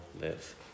live